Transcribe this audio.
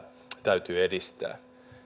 täytyy edistää